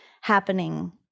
happening